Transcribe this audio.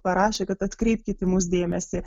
parašė kad atkreipkit į mus dėmesį